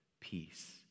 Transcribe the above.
peace